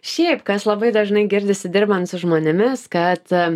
šiaip kas labai dažnai girdisi dirbant su žmonėmis kad